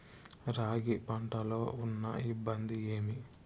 రాగి పంటలో ఉన్న ఇబ్బంది ఏమి?